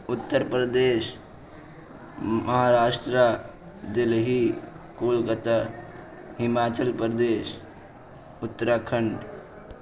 Uttar Pradesh Maharashtra Delhi Kolkata Himachal Pradesh Uttarakhand